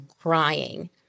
crying